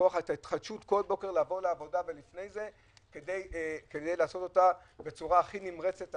לקום כל בוקר לעבודה ולפני זה כדי לעשות אותה בצורה הכי נמרצת?